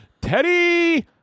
Teddy